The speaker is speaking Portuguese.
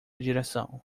direção